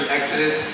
Exodus